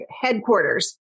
Headquarters